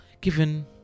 given